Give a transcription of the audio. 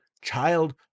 child